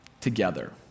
together